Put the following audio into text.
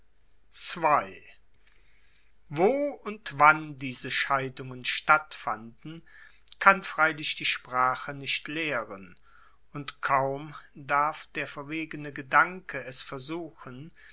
wo und wann diese scheidungen stattfanden kann freilich die sprache nicht lehren und kaum darf der verwegene gedanke es versuchen